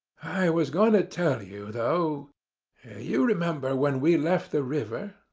i was going to tell you though you remember when we left the river?